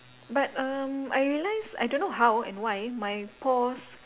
but um I realised I don't know how and why my pores